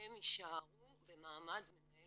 שהם יישארו במעמד מנהל